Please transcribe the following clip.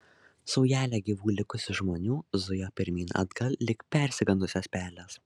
saujelė gyvų likusių žmonių zujo pirmyn atgal lyg persigandusios pelės